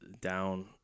down